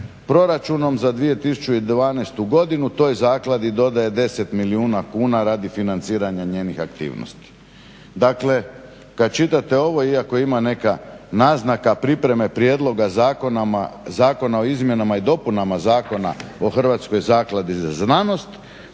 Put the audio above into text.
proračunom za 2012. godinu toj zakladi dodaje 10 milijuna kuna radi financiranja njenih aktivnosti." Dakle, kad čitate ovo iako ima neka naznaka pripreme Prijedloga zakona o izmjenama i dopunama Zakona o Hrvatskoj zakladi za znanost